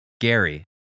Gary